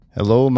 Hello